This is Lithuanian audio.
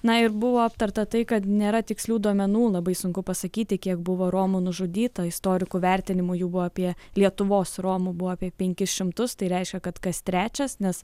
na ir buvo aptarta tai kad nėra tikslių duomenų labai sunku pasakyti kiek buvo romų nužudyta istorikų vertinimu jų buvo apie lietuvos romų buvo apie penkis šimtus tai reiškia kad kas trečias nes